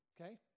Okay